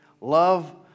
Love